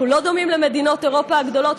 אנחנו לא דומים למדינות אירופה הגדולות,